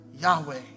Yahweh